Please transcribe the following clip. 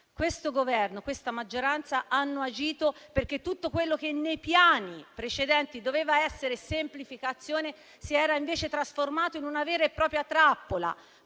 Questo Governo e questa maggioranza hanno agito perché tutto quello che nei piani precedenti doveva essere semplificazione si era invece trasformato in una vera e propria trappola: